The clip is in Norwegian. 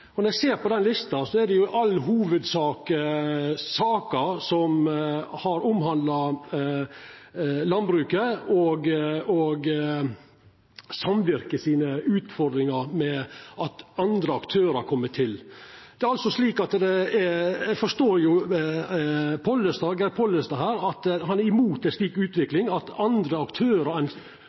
Når ein ser på den lista, er det i all hovudsak saker som har omhandla landbruket og samvirket sine utfordringar med at andre aktørar kjem til. Eg forstår at Geir Pollestad er imot ei slik